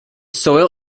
soil